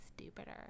stupider